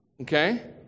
Okay